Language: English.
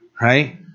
right